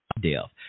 death